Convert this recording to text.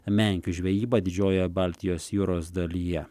menkių žvejybą didžiojoje baltijos jūros dalyje